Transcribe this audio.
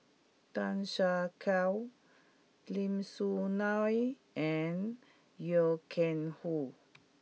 Tan Siak Kew Lim Soo Ngee and Loy Keng Foo